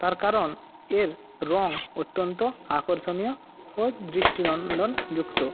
তার কারণ এর রঙ অত্যন্ত আকর্ষণীয় ও দৃষ্টিনন্দনযুক্ত